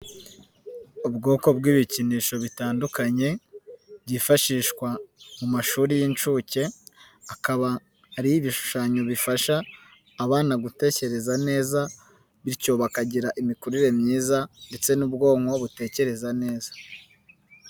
Ubwoko bw'ibikinisho bitandukanye byifashishwa mu mashuri y'inshuke, akaba ari ibishushanyo bifasha abana gutekereza neza bityo bakagira imikurire myiza ndetse n'ubwonko butekereza neza.